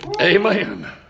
Amen